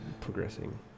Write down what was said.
progressing